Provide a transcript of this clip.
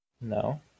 No